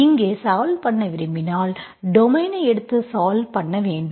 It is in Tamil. இங்கே சால்வ் பண்ண விரும்பினால் டொமைனை எடுத்து சால்வ் பண்ண வேண்டும்